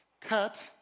cut